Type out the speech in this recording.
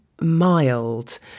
mild